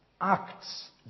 acts